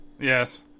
Yes